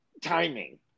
timing